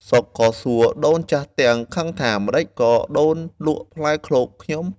សុខក៏សួរដូនចាស់ទាំងខឹងថា “ម្តេចក៏ដូនលក់ផ្លែឃ្លោកខ្ញុំ?”។